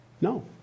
No